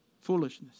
Foolishness